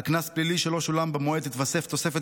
על קנס פלילי שלא שולם במועד תתווסף תוספת